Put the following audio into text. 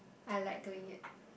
I like doing it